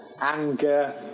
anger